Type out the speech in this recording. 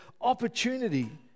opportunity